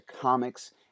comics